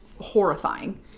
horrifying